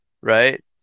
right